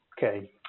Okay